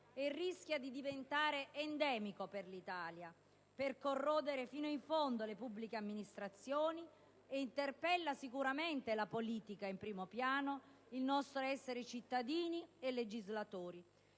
e rischia di diventare endemico per l'Italia, di corrodere fino in fondo le pubbliche amministrazioni. Esso interpella in primo luogo la politica, il nostro essere cittadini e legislatori,